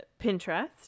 Pinterest